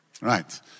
right